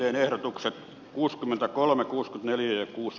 ehdotukset kuusikymmentäkolme kuusi neljä kuusi